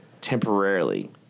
temporarily